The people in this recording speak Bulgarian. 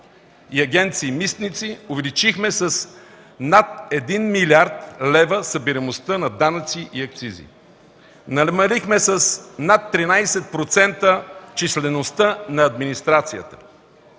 и Агенция „Митници” увеличихме с над 1 млрд. лв. събираемостта на данъци и акцизи, намалихме с над 13% числеността на администрацията.